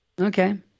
Okay